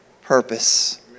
purpose